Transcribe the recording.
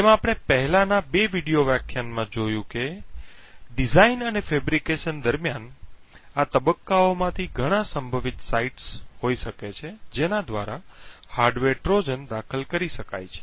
જેમ આપણે પહેલાનાં બે વિડિઓ વ્યાખ્યાનોમાં જોયું કે ડિઝાઇન અને બનાવટ દરમિયાન આ તબક્કાઓમાંથી ઘણા સંભવિત સાઇટ્સ હોઈ શકે છે જેના દ્વારા હાર્ડવેર ટ્રોજન દાખલ કરી શકાય છે